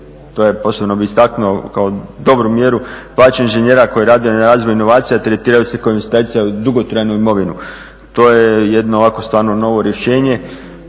To bih posebno istaknuo kao dobru mjeru, plaće inžinjera koji rade na razvoju inovacija tretiraju se kao … u dugotrajnu imovinu. To je jedno ovako stvarno novo rješenje